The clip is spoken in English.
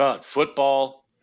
football